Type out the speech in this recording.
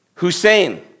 Hussein